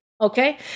okay